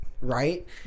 Right